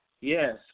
yes